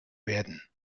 werden